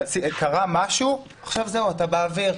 קרה משהו, עכשיו זהו, אתה באוויר.